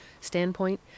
standpoint